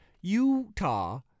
Utah